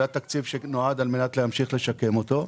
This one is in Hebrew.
זה התקציב שנועד על מנת להמשיך לשקם אותו.